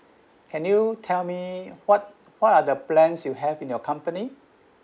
can you tell me what what are the plans you have in your company